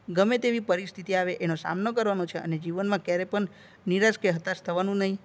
ગમે તેવી પરિસ્થિતિ આવે એનો સામનો કરવાનો છે અને જીવનમાં ક્યારેય પણ નિરાશ કે હતાશ થવાનું નહીં